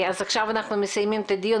עכשיו אנחנו מסיימים את הדיון.